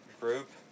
group